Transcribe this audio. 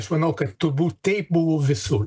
aš manau kad turbūt taip buvo visur